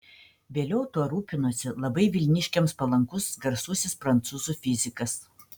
vėliau tuo rūpinosi labai vilniškiams palankus garsusis prancūzų fizikas